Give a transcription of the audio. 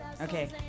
Okay